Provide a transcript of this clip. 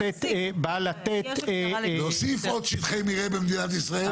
באה לתת --- לימור סון הר מלך (עוצמה יהודית): להוסיף,